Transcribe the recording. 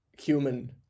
human